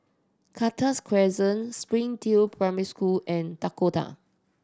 Cactus Crescent Springdale Primary School and Dakota